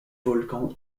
volcan